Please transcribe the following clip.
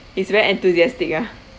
he's very enthusiastic ah